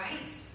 right